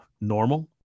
normal